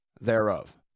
thereof